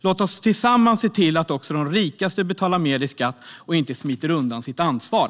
Låt oss tillsammans se till att också de rikaste betalar mer i skatt och att de inte kan smita undan sitt ansvar!